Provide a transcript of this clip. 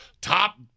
top